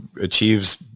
achieves